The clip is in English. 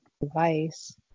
device